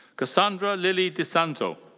cassandra lilly disanto.